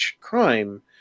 crime